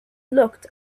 looked